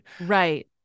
right